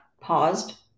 paused